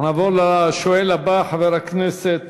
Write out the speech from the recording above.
אנחנו נעבור לשואל הבא, חבר הכנסת